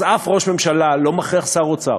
אז אף ראש ממשלה לא מכריח שר אוצר,